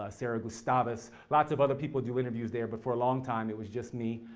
ah sarah gustavus, lots of other people do interviews there, but for a long time, it was just me,